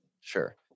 Sure